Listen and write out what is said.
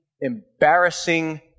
embarrassing